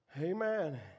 Amen